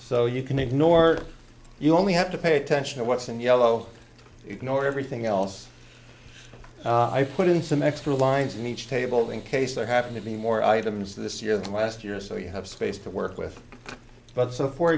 so you can ignore you only have to pay attention to what's in yellow ignore everything else i put in some extra lines in each table in case there happen to be more items this year than last year so you have space to work with but so for